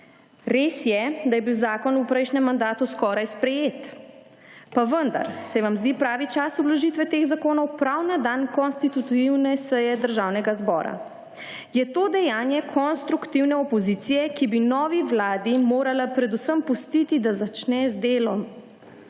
Res je, da je bil zakon v prejšnjem mandatu skoraj sprejet. Pa vendar, se vam zdi pravi čas vložitve teh zakonov, prav na dan konstitutivne seje Državnega zbora? Je to dejanje konstruktivne opozicije, ki bi novi vladi morala predvsem pustiti, da začne z delom.